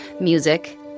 Music